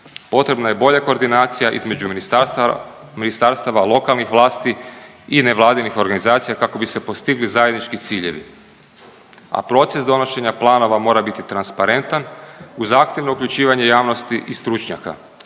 Potrebna je bolja koordinacija između ministarstava, lokalnih vlasti i nevladinih organizacija kako bi se postigli zajednički ciljevi, a proces donošenja planova mora biti transparentan uz aktivno uključivanje javnosti i stručnjaka,